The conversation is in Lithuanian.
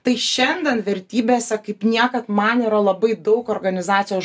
tai šiandien vertybėse kaip niekad man yra labai daug organizacijos